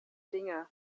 dinge